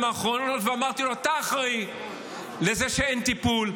האחרונות ואמרתי לו: אתה אחראי לזה שאין טיפול,